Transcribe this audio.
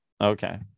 Okay